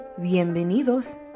bienvenidos